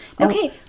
Okay